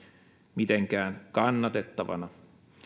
mitenkään kannatettavana